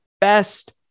best